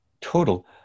total